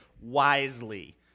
wisely